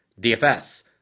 DFS